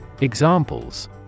Examples